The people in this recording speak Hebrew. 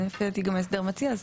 ולדעתי ההסדר מציע.